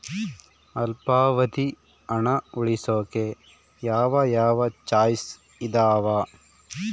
ಅಲ್ಪಾವಧಿ ಹಣ ಉಳಿಸೋಕೆ ಯಾವ ಯಾವ ಚಾಯ್ಸ್ ಇದಾವ?